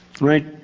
Right